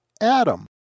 Adam